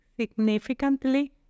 significantly